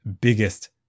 biggest